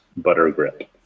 Buttergrip